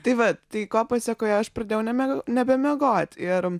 tai va tai ko pasekoje aš pradėjau nemie nebemiegoti ir